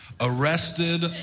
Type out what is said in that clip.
arrested